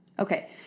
Okay